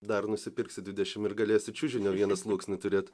dar nusipirksi dvidešim ir galėsi čiužinio vieną sluoksnį turėt